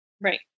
Right